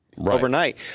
overnight